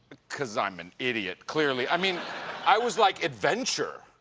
because i'm an idiot, clearly. i mean i was like adventure!